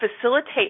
facilitate